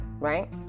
right